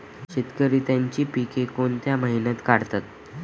शेतकरी त्यांची पीके कोणत्या महिन्यात काढतात?